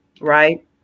Right